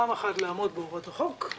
פעם אחת, לעמוד בהוראות החוק,